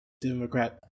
Democrat